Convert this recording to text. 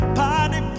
party